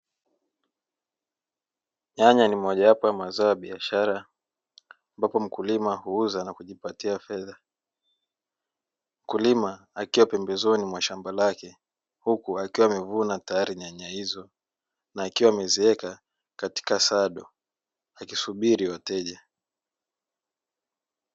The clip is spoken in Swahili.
Nyanya ni mojawapo ya mazao ya biashara ambapo mkulima huuza na kujipatia fedha, mkulima akiwa pembezoni mwa shamba lake huku mkulima akiwa amevuna tayari nyanya hizo, na akiwa ameziweka katika sado akisubiri wateja.